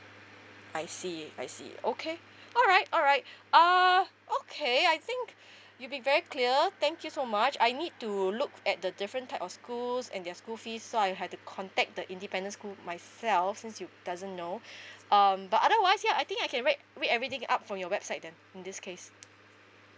I see I see okay all right all right ah okay I think you've been very clear thank you so much I need to look at the different type of schools and their school fees so I have to contact the independent school myself since you doesn't know um but otherwise ya I think I can read read everything up from your website then in this case